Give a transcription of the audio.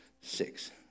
Six